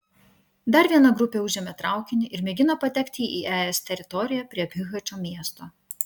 dar viena grupė užėmė traukinį ir mėgina patekti į es teritoriją prie bihačo miesto